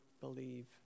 believe